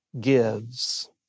gives